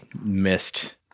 missed